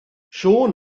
siôn